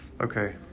Okay